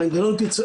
לגבי מנגנון הפיצוי,